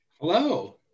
Hello